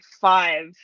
five